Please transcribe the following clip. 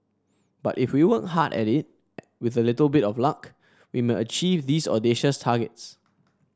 but if we work hard at it with a little bit of luck we may achieve these audacious targets